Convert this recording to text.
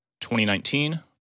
2019